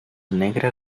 negra